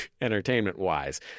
entertainment-wise